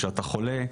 כשאתה חולה,